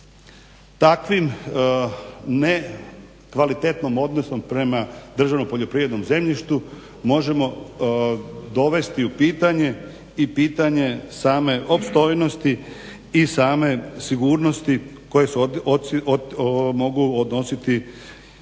takvim nekvalitetnim odnosom prema državnom poljoprivrednom zemljištu možemo dovesti u pitanje i pitanje same opstojnosti i same sigurnosti koje se mogu odnositi